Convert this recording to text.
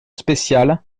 spéciale